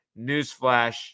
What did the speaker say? Newsflash